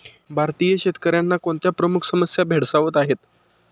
भारतीय शेतकऱ्यांना कोणत्या प्रमुख समस्या भेडसावत आहेत?